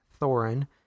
thorin